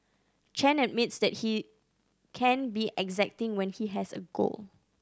Chen admits that he can be exacting when he has a goal